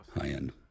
high-end